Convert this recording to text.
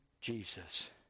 Jesus